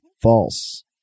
false